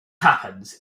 happens